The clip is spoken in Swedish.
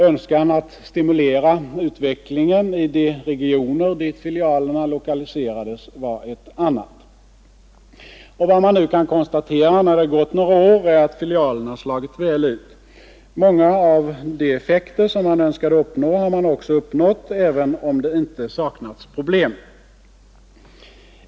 Önskan att stimulera utveckligen i de regioner dit filialerna lokaliserades var ett annat. Vad man nu kan konstatera när det gått några år är att filialerna slagit väl ut. Många av de effekter som man önskade nå har man också uppnått, även om det inte saknats problem.